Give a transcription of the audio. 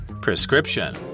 Prescription